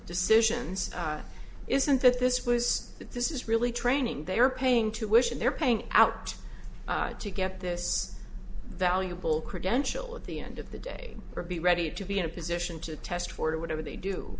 decisions isn't that this was this is really training they are paying tuition they're paying out to get this valuable credential at the end of the day or be ready to be in a position to test for do whatever they do